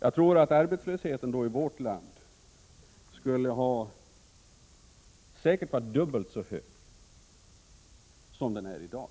Jag tror att arbetslösheten i vårt land då skulle ha blivit dubbelt så hög som den är i dag.